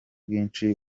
bwinshi